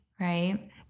right